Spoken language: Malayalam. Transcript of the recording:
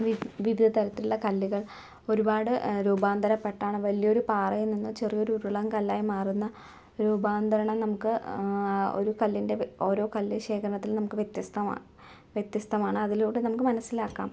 വി വിവിധ തരത്തിലുള്ള കല്ലുകൾ ഒരുപാട് രൂപാന്തരപ്പെട്ടാണ് വലിയൊരു പാറയിൽ നിന്ന് ചെറിയൊരു ഉരുളൻ കല്ലായി മാറുന്ന രൂപാന്തരണം നമുക്ക് ഒരു കല്ലിൻ്റെ ഓരോ കല്ല് ശേഖരണത്തിൽ നമുക്ക് വ്യത്യസ്തമാ വ്യത്യസ്തമാണ് അതിലൂടെ നമുക്ക് മനസ്സിലാക്കാം